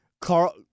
Carl